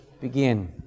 Begin